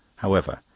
however,